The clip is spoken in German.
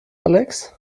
alex